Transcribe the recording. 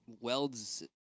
welds